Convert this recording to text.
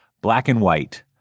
black-and-white